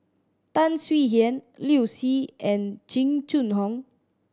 Tan Swie Hian Liu Si and Jing Jun Hong